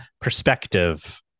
perspective